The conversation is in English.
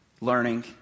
learning